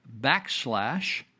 backslash